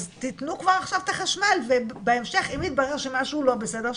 אז תתנו כבר עכשיו את החשמל ובהמשך אם יתברר שמשהו לא בסדר,